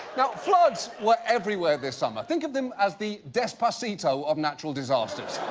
now, floods were everywhere this summer. think of them as the despacito of natural disasters.